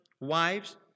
wives